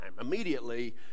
immediately